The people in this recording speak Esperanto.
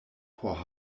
por